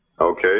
Okay